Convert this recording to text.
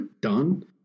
Done